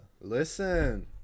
listen